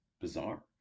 bizarre